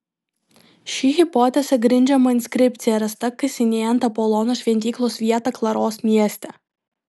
ši hipotezė grindžiama inskripcija rasta kasinėjant apolono šventyklos vietą klaros mieste